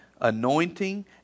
anointing